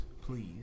please